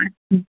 আচ্ছা